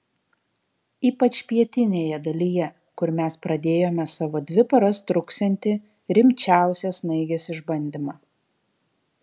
ypač pietinėje dalyje kur mes pradėjome savo dvi paras truksiantį rimčiausią snaigės išbandymą